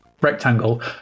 rectangle